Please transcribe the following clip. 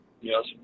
Yes